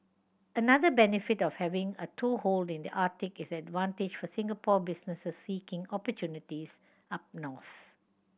another benefit of having a toehold in the Arctic is the advantage for Singapore businesses seeking opportunities up north